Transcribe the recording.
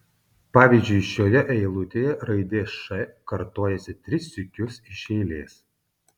pavyzdžiui šioje eilutėje raidė š kartojasi tris sykius iš eilės